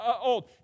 old